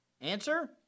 Answer